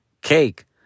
cake